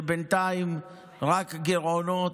שבינתיים רק גירעונות,